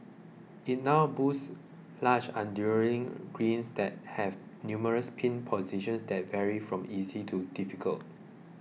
it now boasts large greens that have numerous pin positions that vary from easy to difficult